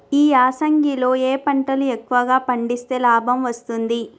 ఈ యాసంగి లో ఏ పంటలు ఎక్కువగా పండిస్తే లాభం వస్తుంది?